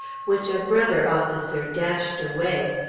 which a brother officer dashed away,